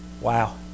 Wow